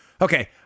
okay